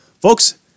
folks